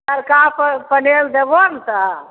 तड़का पनीर देबहो ने तऽ